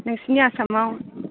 नोंसिनि आसामाव